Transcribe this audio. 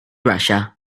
russia